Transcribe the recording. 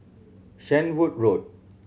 Shenvood Road